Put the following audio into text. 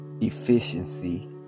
efficiency